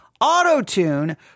Auto-tune